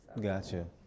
Gotcha